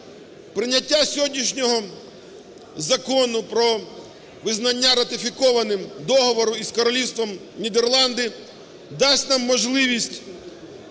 Прийняття сьогоднішнього Закону про визнання ратифікованим договору із Королівством Нідерланди дасть нам можливість